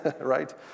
right